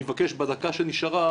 אני מבקש בדקה שנשארה,